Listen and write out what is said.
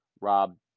Rob